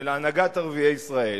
של הנהגת ערביי ישראל,